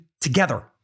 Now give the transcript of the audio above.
together